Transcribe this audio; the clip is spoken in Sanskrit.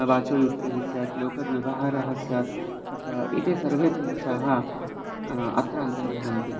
वाचोयुक्तिः स्यात् लोकव्यवहारः स्यात् अथवा एते सर्वेप्यंशाः अत्र अन्तर्भवन्ति